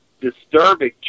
disturbing